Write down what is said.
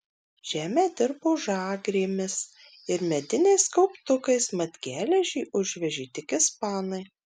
žemę dirbo žagrėmis ir mediniais kauptukais mat geležį užvežė tik ispanai